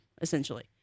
essentially